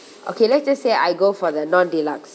okay let's just say I go for the non deluxe